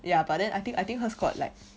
ya but then I think I think hers got like